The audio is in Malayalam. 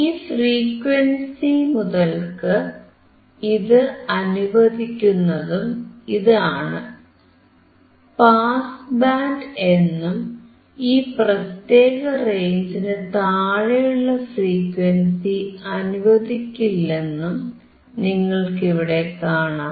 ഈ ഫ്രീക്വൻസി മുതൽക്ക് ഇത് അനുവദിക്കുന്നതും ഇതാണ് പാസ് ബാൻഡ് എന്നും ഈ പ്രത്യേക റേഞ്ചിനു താഴെയുള്ള ഫ്രീക്വൻസി അനുവദിക്കില്ലെന്നും നിങ്ങൾക്ക് ഇവിടെ കാണാം